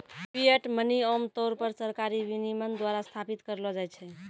fiat money आम तौर पर सरकारी विनियमन द्वारा स्थापित करलो जाय छै